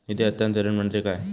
निधी हस्तांतरण म्हणजे काय?